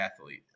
athlete